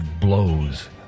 blows